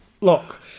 look